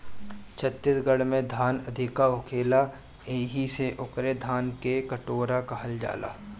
छत्तीसगढ़ में धान अधिका होखेला एही से ओके धान के कटोरा कहल जाला